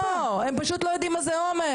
לא, הם פשוט לא יודעים מה זה אומץ.